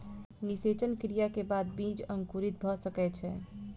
निषेचन क्रिया के बाद बीज अंकुरित भ सकै छै